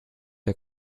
der